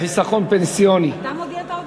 אתה מודיע את ההודעה?